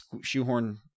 shoehorn